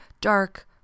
dark